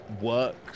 work